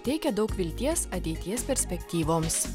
teikia daug vilties ateities perspektyvoms